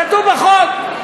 כתוב בחוק.